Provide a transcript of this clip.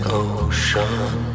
ocean